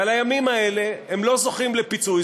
ועל הימים האלה הם לא זוכים לפיצוי,